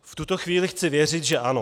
V tuto chvíli chci věřit že ano.